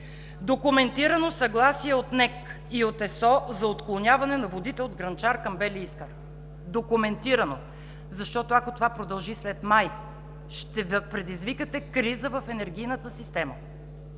документирано съгласие от НЕК и от ЕСО за отклоняване на водите от „Грънчар“ към „Бели Искър“. Документирано! Защото ако това продължи след май, ще предизвикате криза в енергийната система.